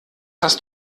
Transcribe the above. hast